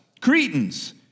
Cretans